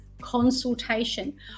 consultation